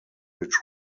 which